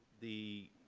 the